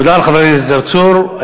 תודה לחבר הכנסת צרצור.